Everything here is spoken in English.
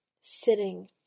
sitting